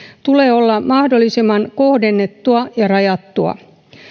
tulee olla mahdollisimman kohdennettua ja rajattua